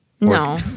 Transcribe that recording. No